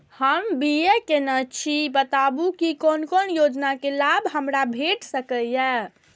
हम बी.ए केनै छी बताबु की कोन कोन योजना के लाभ हमरा भेट सकै ये?